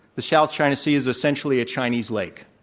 the south china sea is essentially a chinese lake.